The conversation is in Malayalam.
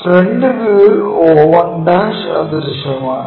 ഫ്രണ്ട് വ്യൂവിൽ o1' അദൃശ്യമാണ്